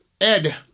Ed